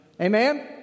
Amen